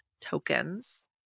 tokens